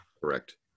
correct